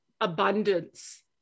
abundance